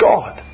God